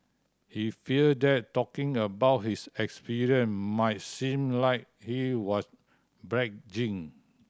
he feared that talking about his experience might seem like he was bragging